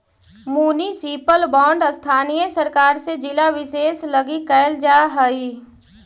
municipal bond स्थानीय सरकार से जिला विशेष लगी कैल जा हइ